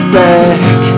back